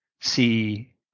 see